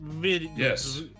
Yes